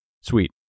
Sweet